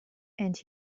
and